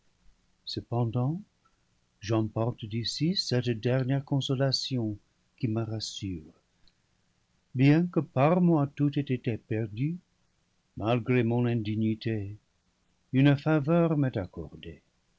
cependant j'emporte d'ici cette dernière consolation qui me rassure bien que par moi tout ait été perdu malgré mon indignité une faveur m'est accordée